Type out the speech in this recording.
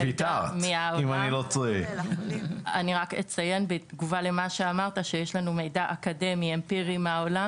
בתגובה למה שאמרת אני רק אציין שיש לנו מידע אקדמי אמפירי מהעולם